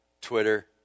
Twitter